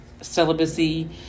celibacy